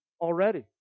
already